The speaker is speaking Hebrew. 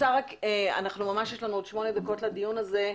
יש לנו עוד שמונה דקות לדיון הזה.